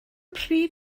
prif